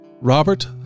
Robert